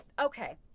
okay